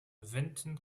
vinton